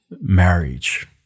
marriage